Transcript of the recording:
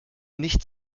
nicht